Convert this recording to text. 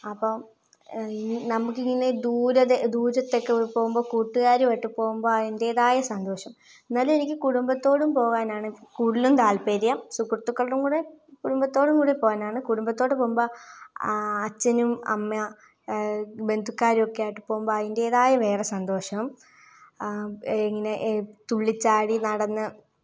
അപ്പം ഈ നമുക്കിങ്ങനെ ദൂരെ ദൂരത്തൊക്കെ പോകുമ്പം കൂട്ടുകാരുമായിട്ട് പോകുമ്പോൾ അതിൻറ്റേതായ സന്തോഷം എന്നാലും എനിക്ക് കുടുംമ്പത്തോടും പോവാനാണ് കൂടുതലും താൽപര്യം സുഹൃത്തുകളുടെ കൂടെ കുടുംബത്തോട് കൂടി പോവാനാണ് കുടുംബത്തോട് പോകുമ്പം അച്ഛനും അമ്മ ബന്ധുക്കാരുമൊക്കെ ആയിട്ട് പോകുമ്പം അതിന്റെതായ വേറെ സന്തോഷം ഇങ്ങനെ തുള്ളിച്ചാടി നടന്ന്